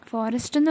Forest